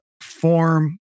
form